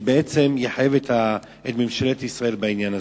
שיחייב את ממשלת ישראל בעניין הזה.